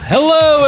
Hello